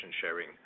sharing